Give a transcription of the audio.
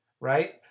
right